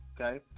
okay